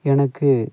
எனக்கு